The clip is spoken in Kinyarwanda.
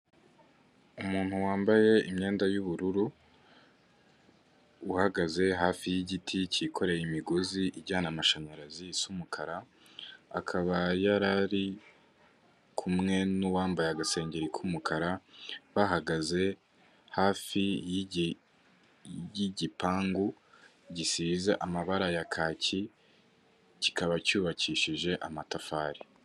Umuntu wambaye imyenda y'ubururu uhagaze hafi y'igiti cyikoreye imigozi ijyana amashanyarazi isa umukara, akaba yarari kumwe n'uwambaye agasengengeri k'umukara bahagaze hafi y'igipangu gisize amabara ya kaki kikaba cyubakishije amatafari.